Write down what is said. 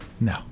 No